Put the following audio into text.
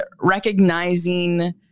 recognizing